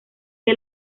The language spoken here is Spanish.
que